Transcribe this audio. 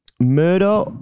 Murder